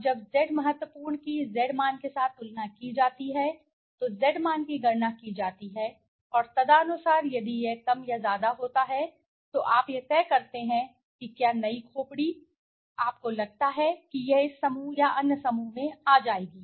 अब जब Z महत्वपूर्ण की Z मान के साथ तुलना की जाती है और Z मान की गणना की जाती है और तदनुसार यदि यह कम या ज्यादा होता है तो आप तय करते हैं कि क्या नई खोपड़ी आपको लगता है कि यह इस समूह या अन्य समूह में आ जाएगी